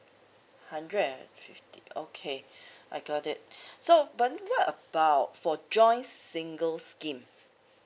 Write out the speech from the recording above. hundred and fifty okay I got it so but what about for joints single scheme